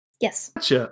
Yes